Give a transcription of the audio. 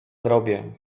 zrobię